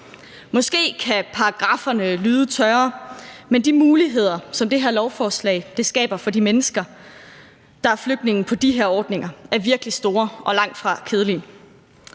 Måske kan paragrafferne lyde tørre, men de muligheder, som det her lovforslag skaber for de mennesker, der er flygtninge på de her ordninger, er virkelig store og langtfra kedelige.